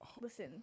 Listen